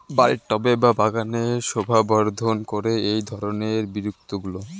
বাড়ির টবে বা বাগানের শোভাবর্ধন করে এই ধরণের বিরুৎগুলো